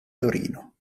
torino